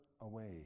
away